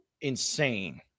insane